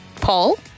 Paul